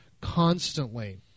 constantly